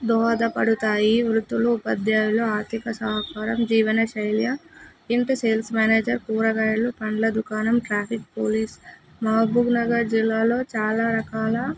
దోహదపడుతాయి వృత్తులు ఉపాధ్యాయులు ఆర్థికసహాకారం జీవనశైలి ఇంత సేల్స్ మేనేజర్ కూరగాయలు పళ్ళ దుకాణం ట్రాఫిక్ పోలీస్ మహబూబ్నగర్ జిల్లాలో చాలా రకాల